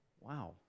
Wow